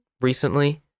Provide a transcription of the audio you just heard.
recently